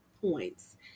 points